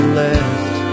left